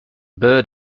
bird